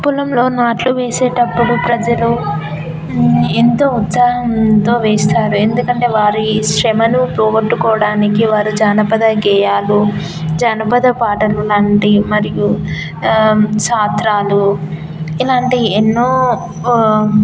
పొలంలో నాట్లు వేసేటప్పుడు ప్రజలు ఎంతో ఉత్సాహంతో వేస్తారు ఎందుకంటే వారు ఈ శ్రమను పోగొట్టుకోడానికి వారు జానపద గేయాలు జానపద పాటలు లాంటి మరియు సాత్రాలు ఇలాంటి ఎన్నో